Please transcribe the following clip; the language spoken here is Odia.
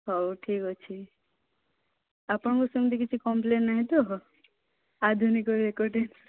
ହେଉ ଠିକ୍ ଅଛି ଆପଣଙ୍କ ସେମିତି କିଛି କମ୍ପଲେନ୍ ନାହିଁ ତ ଆଧୁନିକ ରେକର୍ଡ଼୍ ଡ୍ୟାନ୍ସ